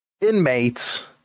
inmates